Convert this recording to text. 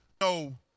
No